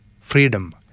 freedom